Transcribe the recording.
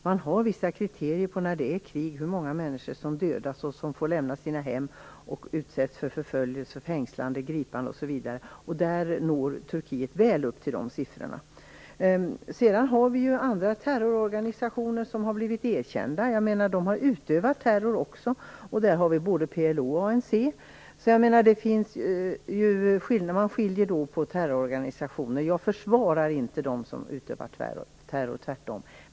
Det finns vissa kriterier för när det är fråga om krig; hur många som dödas, hur många som får lämna sina hem, hur många som utsätts för förföljelse, fängslande, gripande osv. Turkiet når väl upp till de siffrorna. Sedan är det ju så att det finns terrororganisationer som har blivit erkända trots att de också har utövat terror. Det gäller både PLO och ANC. Man kan alltså skilja på olika terrororganisationer. Jag försvarar inte dem som utövar terror, tvärtom.